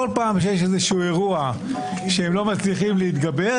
בכל פעם שיש איזה אירוע שהם לא מצליחים להתגבר,